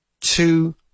two